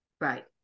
Right